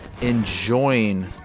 enjoying